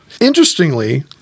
Interestingly